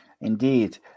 Indeed